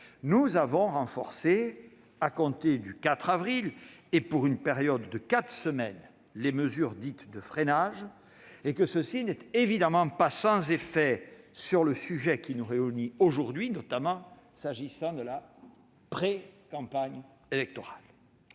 nous avons renforcé, à compter du 4 avril et pour une période de quatre semaines, les mesures dites « de freinage », et que ceci n'est évidemment pas sans effet sur le sujet qui nous réunit aujourd'hui, s'agissant notamment de la précampagne électorale